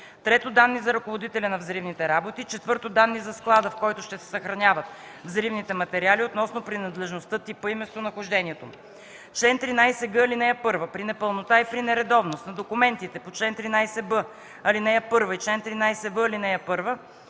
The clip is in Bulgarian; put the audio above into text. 3. данни за ръководителя на взривните работи; 4. данни за склада, в който ще се съхраняват взривните материали, относно принадлежността, типа и местонахождението му. Чл. 13г. (1) При непълнота и при нередовност на документите по чл. 13б, ал. 1 и чл. 13в, ал. 1